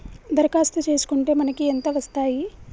దరఖాస్తు చేస్కుంటే మనకి ఎంత వస్తాయి?